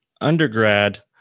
undergrad